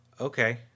Okay